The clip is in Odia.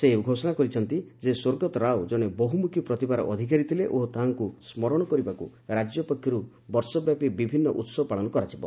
ସେ ଘୋଷଣା କରି କହିଛନ୍ତି ସ୍ୱର୍ଗତ ରାଓ ଜଣେ ବହୁମୁଖୀ ପ୍ରତିଭାର ଅଧିକାରୀ ଥିଲେ ଓ ତାହାକୁ ସ୍କରଣ କରିବାକୁ ରାଜ୍ୟ ପକ୍ଷରୁ ବର୍ଷବ୍ୟାପୀ ବିଭିନ୍ନ ଉତ୍ସବ ପାଳନ କରାଯିବ